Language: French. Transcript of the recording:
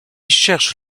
cherche